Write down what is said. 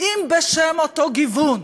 אם בשם אותו גיוון,